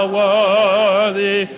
worthy